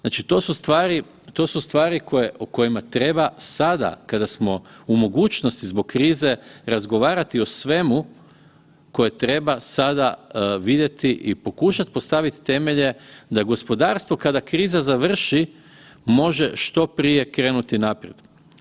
Znači to su stvari o kojima treba sada kada smo u mogućnosti zbog krize razgovarati o svemu koje treba sada vidjeti i pokušati postaviti temelje da gospodarstvo kada kriza završi može što prije krenuti naprijed.